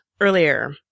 earlier